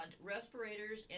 respirators